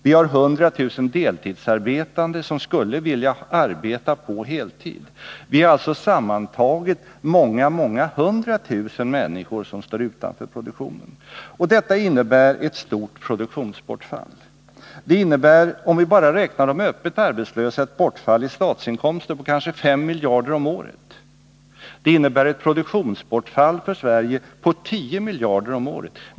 Vi har 100 000 deltidsarbetande, som skulle vilja arbeta på heltid. Vi har alltså sammantaget många hundra tusen människor som står utanför produktionen. Detta innebär ett stort produktionsbortfall. Det innebär — om vi bara räknar öppet arbetslösa — ett bortfall av statsinkomster på kanske fem miljarder om året. Det innebär ett produktionsbortfall för Sverige om tio miljarder om året.